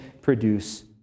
produce